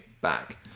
back